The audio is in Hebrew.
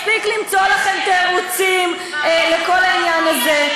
מספיק למצוא לכם תירוצים לכל העניין הזה.